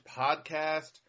Podcast